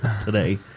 today